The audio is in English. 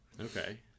Okay